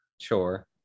Sure